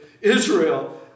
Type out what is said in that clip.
Israel